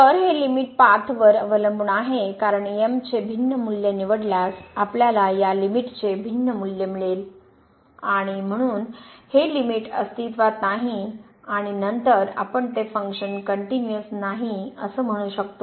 तर हे limit path वर अवलंबून आहे कारण m चे भिन्न मूल्य निवडल्यास आपल्याला या लिमिट चे भिन्न मूल्य मिळेल आणि म्हणून हे लिमिट अस्तित्त्वात नाही आणि नंतर आपण ते फंक्शन कनट्युनिअस नाही असे म्हणू शकतो